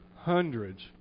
Hundreds